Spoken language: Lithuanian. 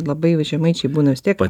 labai jau žemaičiai būna vistiek